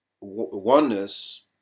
oneness